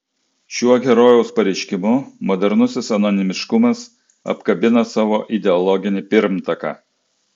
šiuo herojaus pareiškimu modernusis anonimiškumas apkabina savo ideologinį pirmtaką